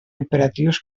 operatius